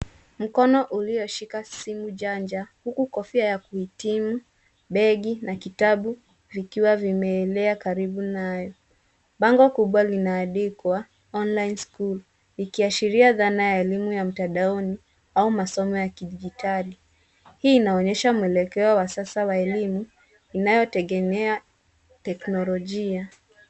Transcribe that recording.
Mkono ulioshika simu janja, huku kofia ya kuhitimu, begi na kitabu vikiwa vimeelea karibu nayo. Bango kubwa limeadikwa online school , likiashiria dhana ya elimu ya mtandaoni au masomo ya kidijitali. Hii inaonyesha mwelekeo wa sasa wa elimu inayotegenea teknolojia.